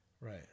Right